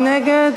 מי נגד?